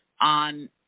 on